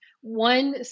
one